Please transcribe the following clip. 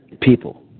people